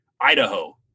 Idaho